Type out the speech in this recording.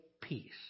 peace